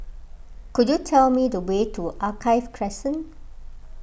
could you tell me the way to Alkaff Crescent